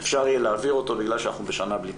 אפשר יהיה להעביר אותו בגלל שאנחנו בשנה בלי תקציב.